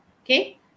Okay